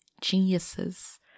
geniuses